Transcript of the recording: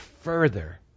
further